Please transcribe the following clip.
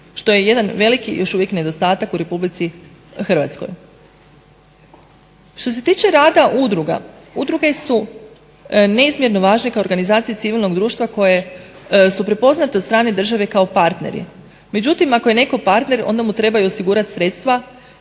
što je jedan veliki još uvijek nedostatak u RH. Što se tiče rada udruga, udruge su neizmjerno važne kao organizacije civilnog društva koje su prepoznate od strane države kao partneri. Međutim ako je netko partner onda mu treba i osigurati